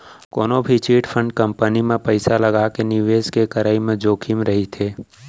कोनो भी chit fund company म पइसा लगाके निवेस के करई म जोखिम रहिथे